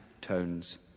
tones